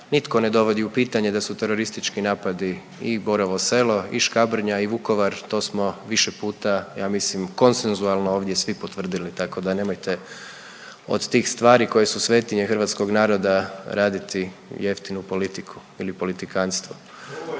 Nitko ne dovodi u pitanje da su teroristički napadi i Boro Selo i Škabrnja i Vukovar. To smo više puta ja mislim konsenzualno ovdje svi potvrdili, tako da nemojte od tih stvari koje su svetinja hrvatskog naroda raditi jeftinu politiku ili politikanstvo.